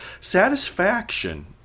satisfaction